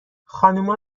خانوما